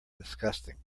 disgusting